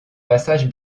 passage